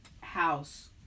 house